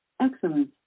Excellent